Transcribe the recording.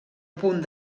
punt